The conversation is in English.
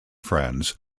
friends